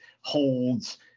holds